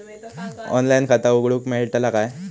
Online खाता उघडूक मेलतला काय?